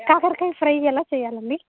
కాకరకాయ ఫ్రై ఎలా చేయాలండి